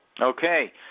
Okay